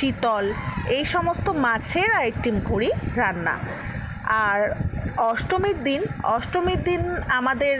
চিতল এই সমস্ত মাছের আইটেম করি রান্না আর অষ্টমীর দিন অষ্টমীর দিন আমাদের